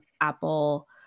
Apple